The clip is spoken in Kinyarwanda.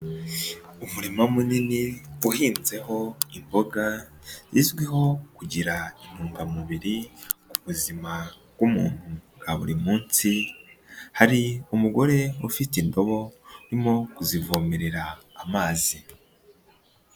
Umurima munini uhinzeho imboga zizwiho kugira intungamubiri mu buzima bw'umuntu bwa buri munsi hari umugore ufite indobo urimo kuzivomerera amazi.